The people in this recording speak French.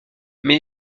mais